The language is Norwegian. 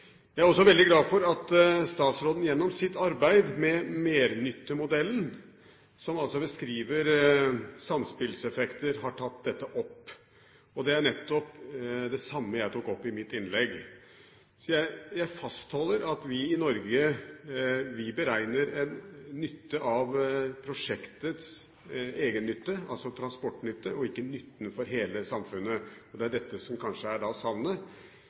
Jeg er også veldig glad for at statsråden gjennom sitt arbeid med mernytte-modellen, som altså beskriver samspilleffekter, har tatt dette opp. Det er nettopp det samme som jeg tok opp i mitt innlegg. Jeg fastholder at vi i Norge beregner en nytte av prosjektets egennytte, altså transportnytte, og ikke nytten for hele samfunnet, og det er dette som kanskje da er